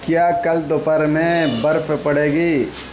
کیا کل دوپہر میں برف پڑے گی